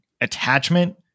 attachment